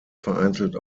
vereinzelt